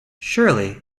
surely